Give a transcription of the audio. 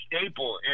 staple